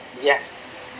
Yes